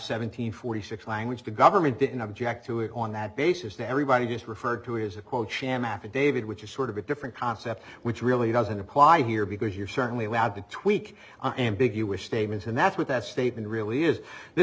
hundred forty six language the government didn't object to it on that basis that everybody just referred to is a quote sham affidavit which is sort of a different concept which really doesn't apply here because you're certainly allowed to tweak ambiguous statements and that's what that statement really is th